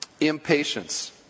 Impatience